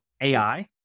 AI